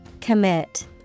Commit